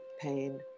pain